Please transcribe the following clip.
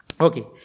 Okay